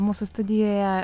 mūsų studijoje